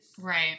right